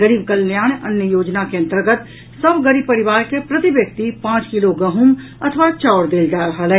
गरीब कल्याण अन्न योजना के अन्तर्गत सभ गरीब परिवार के प्रति व्यक्ति पांच किलो गहूँम अथवा चाऊर देल जा रहल अछि